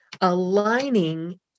aligning